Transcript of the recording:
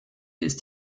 ist